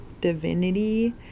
divinity